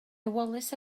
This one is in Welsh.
wallace